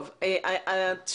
לגבי איפה זה נמצא מבחינה תכנונית,